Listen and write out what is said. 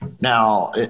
Now